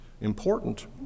important